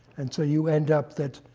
and so you end up that